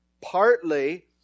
partly